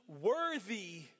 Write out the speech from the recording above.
worthy